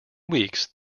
weeks